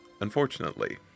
unfortunately